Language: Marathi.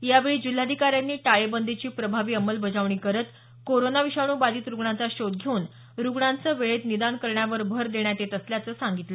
यावेळी जिल्हाधिकाऱ्यांनी टाळेबंदीची प्रभावी अंमलबजावणी करत कोरोना विषाणू बाधित रुग्णांचा शोध घेऊन रुग्णांचे वेळेत निदान करण्यावर भर देण्यात येत असल्याचं सांगितलं